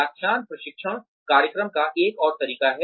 व्याख्यान प्रशिक्षण कार्यक्रम का एक और तरीका है